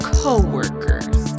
co-workers